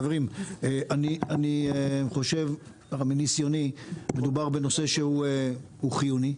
חברים, מניסיוני מדובר בנושא חיוני.